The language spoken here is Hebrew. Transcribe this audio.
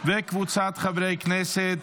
וקבוצת חברי הכנסת,